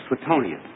Suetonius